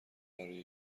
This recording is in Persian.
برای